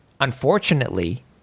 unfortunately